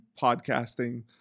podcasting